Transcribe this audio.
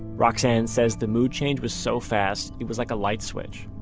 roxane says the mood change was so fast it was like a lightswitch.